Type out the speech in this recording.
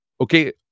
okay